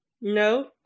No